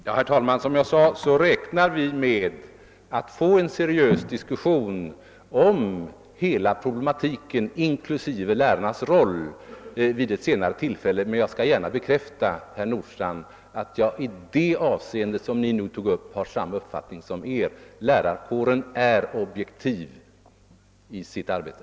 Herr talman! Som jag sade räknar vi med att få en seriös diskussion om hela problematiken, inklusive lärarnas roll, vid ett senare tillfälle, men jag skall gärna bekräfta att jag i det av seende som herr Nordstrandh nu tog upp har samma uppfattning som han, nämligen att lärarkåren är objektiv i sitt arbete.